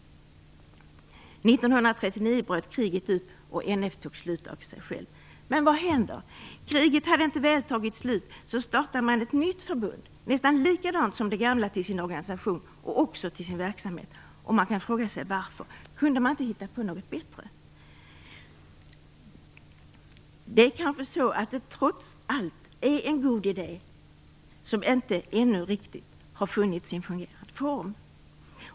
1939 bröt kriget ut, och NF upphörde. Men vad hände? Kriget hade inte mer än tagit slut så startade man ett nytt förbund som var nästan likadant som det gamla till sin organisation och också till sin verksamhet. Man kan fråga sig varför. Kunde man inte ha hittat på något bättre? Det kanske trots allt är en god idé som ännu inte riktigt har funnit sin fungerande form.